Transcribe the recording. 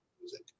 music